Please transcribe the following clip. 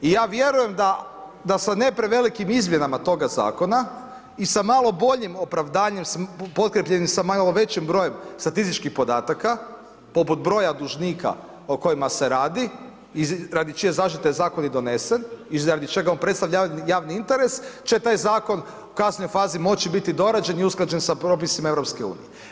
I ja vjerujem da, da sa ne prevelikim izmjenama toga zakona i sa malo opravdanjem potkrijepljenim sa malo većim brojem statističkih podataka, poput broja dužnika o kojima se radi i radi čije zaštite je zakon i donesen i radi čega on predstavlja javni interes, će taj zakon u kasnijoj fazi moći biti dorađen i usklađen sa propisima EU.